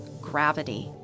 gravity